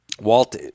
Walt